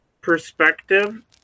perspective